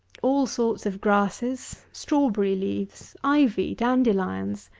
all sorts of grasses, strawberry-leaves, ivy, dandelions,